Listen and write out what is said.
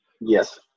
Yes